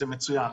זה מצוין,